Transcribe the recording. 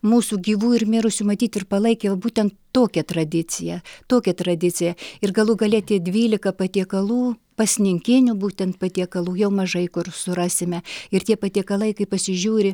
mūsų gyvų ir mirusių matyt ir palaikė o būtent tokią tradiciją tokią tradiciją ir galų gale tie dvylika patiekalų pasninkinių būtent patiekalų jau mažai kur surasime ir tie patiekalai kai pasižiūri